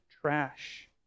trash